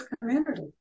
community